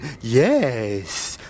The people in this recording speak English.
Yes